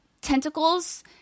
tentacles